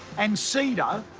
and ceda,